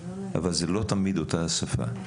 אבל זאת לא תמיד אותה השפה.